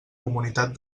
comunitat